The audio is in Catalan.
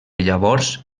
llavors